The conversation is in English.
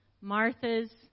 Martha's